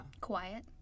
quiet